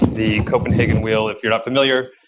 the copenhagen wheel, if you're not familiar,